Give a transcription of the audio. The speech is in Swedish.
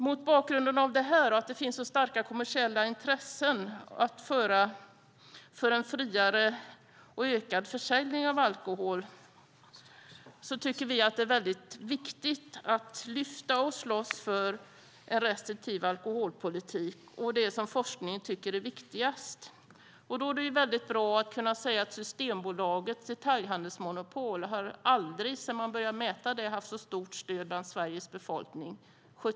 Mot bakgrund av att det finns så starka kommersiella intressen för en friare och ökad försäljning av alkohol tycker vi att det är väldigt viktigt att lyfta fram och slåss för en restriktiv alkoholpolitik och det som forskningen tycker är viktigast. Då är det ju väldigt bra att kunna säga att Systembolagets detaljhandelsmonopol aldrig sedan man började mäta det har haft så stort stöd bland Sveriges befolkning.